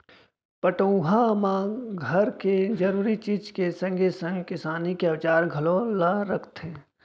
पटउहाँ म घर के जरूरी चीज के संगे संग किसानी के औजार घलौ ल रखथे